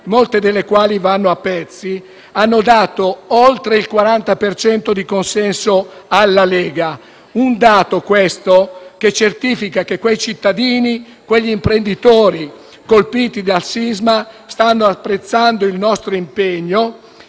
molte delle quali vanno a pezzi - hanno dato oltre il 40 per cento di consensi alla Lega, un dato che certifica che i cittadini e gli imprenditori colpiti dal sisma stanno apprezzando il nostro impegno,